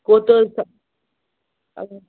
کوتاہ حظ اگر